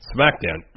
SmackDown